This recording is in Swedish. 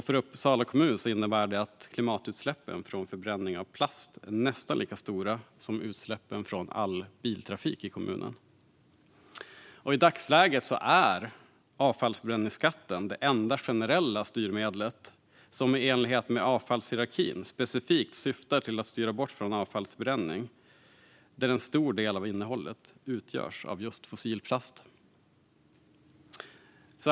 För Uppsala kommun innebär det att klimatutsläppen från förbränning av plast är nästan lika stora som utsläppen från all biltrafik i kommunen. I dagsläget är avfallsförbränningsskatten det enda generella styrmedel som i enlighet med avfallshierarkin specifikt syftar till att styra bort från avfallsförbränning, där en stor del av innehållet utgörs av just fossil plast.